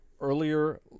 earlier